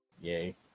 Yay